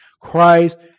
christ